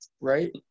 right